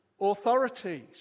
authorities